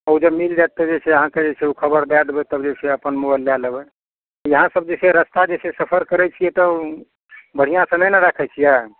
ओ जब मिल जाएत तऽ जे छै अहाँके जे छै ओखबर दै देबै तब जे छै से अपन मोबाइल लै लेबै अहाँ सब जे रस्ता जे छै सफर करैत छियै तऽ बढ़िआँ से नहि नऽ राखैत छियै